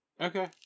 Okay